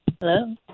Hello